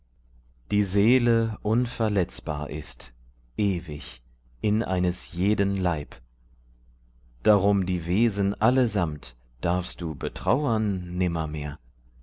die seele unverletzbar ist ewig in eines jeden leib darum die wesen allesamt darfst du betrauern